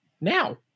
now